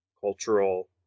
cultural